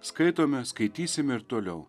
skaitome skaitysime ir toliau